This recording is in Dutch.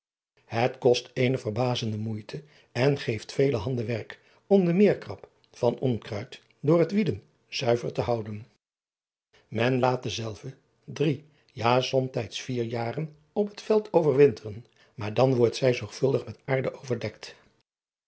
et kost eene verbazende moeite en geeft vele handen werk om de eekrap van onkruid door het wieden zuiver te houden en laat dezelve drie ja somtijds vier jaren op het veld overwinteren maar dan wordt zij zorgvuldig met aarde overdekt